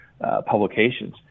publications